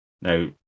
Now